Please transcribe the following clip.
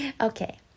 okay